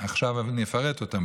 שעכשיו אני אפרט אותם,